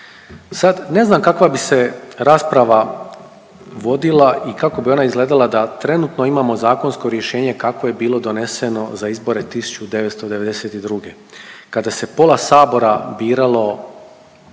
Sad ne znam kakva bi se rasprava vodila i kako bi ona izgledala da trenutno imamo zakonsko rješenje kakvo je bilo doneseno za izbore 1992. kada se pola Sabora biralo putem